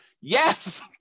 Yes